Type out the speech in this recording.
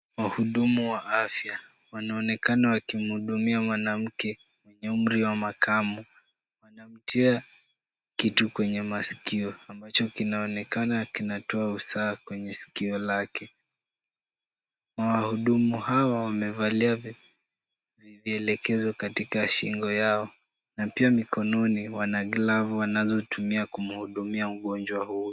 Wahudumu wa afya wanaonekana wakimhudumia mwanamke mwenye umri wa makamo. Wanamtia kitu kwenye maskio ambacho kinaonekana kinatoa usaa kwenye sikio lake. Wahudumu hawa wamevalia vielekezo katika shingo yao na pia mikononi wana glavu wanazotumia kumhudumia mgonjwa huyu.